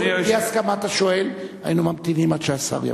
בלי הסכמת השואל היינו ממתינים עד שהשר יבוא.